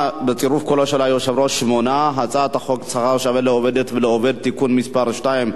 חוק שכר שווה לעובדת ולעובד (תיקון מס' 2),